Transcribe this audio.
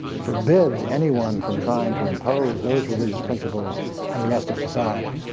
forbids anyone from trying to impose those religious principles on the rest of society.